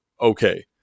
okay